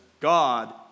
God